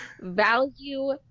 value